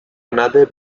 another